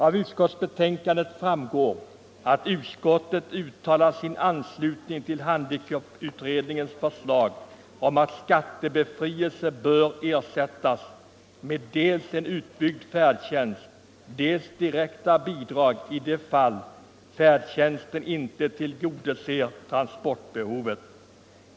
Av utskottsbetänkandet framgår att utskottet uttalat sin anslutning till handikapputredningens förslag om att skattebefrielse bör ersättas med dels en utbyggd färdtjänst, dels direkta bidrag i de fall färdtjänsten inte tillgodoser transportbehovet.